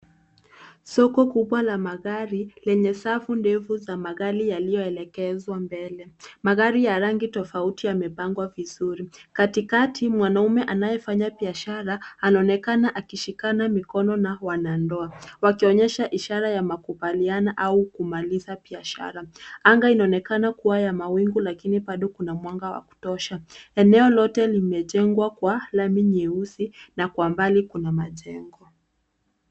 Soko kubwa la magari lenye safu ndefu za magari yaliyoelekezwa mbele. Magari ya rangi tofauti yamepangwa vizuri. Katikati mwanaume anayefanya biashara anaonekana akishikana mikono na wanandoa wakionyesha ishara ya makubaliano au kumaliza biashara. Anga inaonekana kuwa ya mawingu lakini bado kuna mwanga wa kutosha. Eneo lote limejengwa kwa lami nyeusi na kwa mbali kuna majengo.